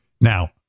Now